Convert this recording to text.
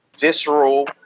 visceral